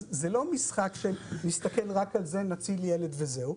אז זה לא משחק שנסתכל רק על זה, נציל ילד וזהו.